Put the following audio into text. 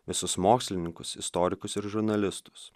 visus mokslininkus istorikus ir žurnalistus